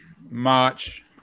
March